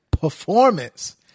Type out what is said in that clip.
performance